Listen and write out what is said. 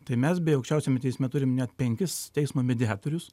tai mes beje aukščiausiame teisme turim net penkis teismo mediatorius